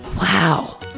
Wow